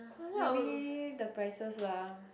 maybe the prices lah